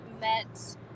met